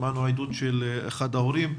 שמענו עדות של אחד ההורים,